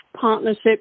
partnership